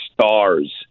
stars